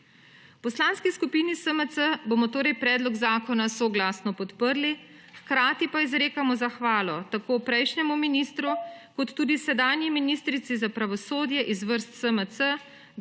V Poslanski skupini SMC bomo predlog zakona soglasno podprli, hkrati pa izrekamo zahvalo tako prejšnjemu ministru kot tudi sedanji ministrici za pravosodje iz vrst SMC,